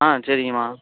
ஆ சரிங்கம்மா